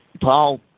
Paul